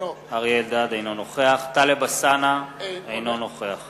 אינו נוכח טלב אלסאנע, אינו נוכח